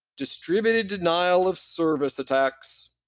distributed denial of service attacks.